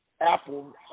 apple